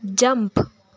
jump